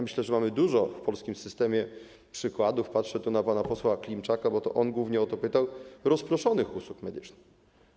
Myślę, że mamy w polskim systemie dużo przykładów - patrzę tu na pana posła Klimczaka, bo to on głównie o to pytał - rozproszonych usług medycznych.